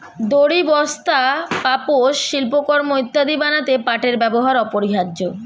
দড়ি, বস্তা, পাপোশ, শিল্পকর্ম ইত্যাদি বানাতে পাটের ব্যবহার অপরিহার্য